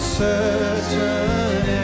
certain